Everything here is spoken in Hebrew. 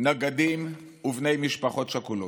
נגדים ובני משפחות שכולות.